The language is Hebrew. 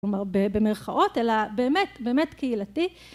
כלומר, במרכאות, אלא באמת, באמת קהילתי.